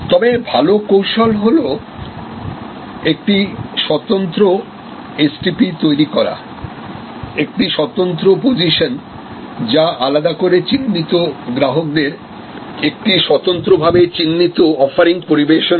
তবে ভাল কৌশল হল একটি স্বতন্ত্র এসটিপি তৈরি করা একটি স্বতন্ত্র পজিশন যা আলাদা করে চিহ্নিত গ্রাহকদের একটি স্বতন্ত্রভাবে চিহ্নিত অফারিং পরিবেশন করে